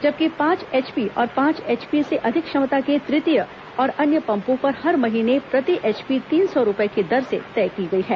जबकि पांच एचपी और पांच एचपी से अधिक क्षमता के तृतीय और अन्य पंपों पर हर महीने प्रति एचपी तीन सौ रूपये की दर तय की गई है